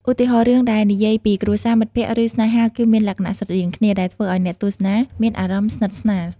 ឧទាហរណ៍ រឿងដែលនិយាយពីគ្រួសារ មិត្តភក្តិ ឬស្នេហាគឺមានលក្ខណៈស្រដៀងគ្នា ដែលធ្វើឲ្យអ្នកទស្សនាមានអារម្មណ៍ស្និទ្ធស្នាល។